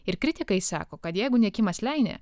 ir kritikai sako kad jeigu ne kimas leine